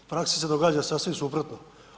U praksi se događa sasvim suprotno.